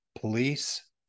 police